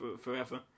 forever